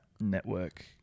network